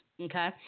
Okay